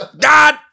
God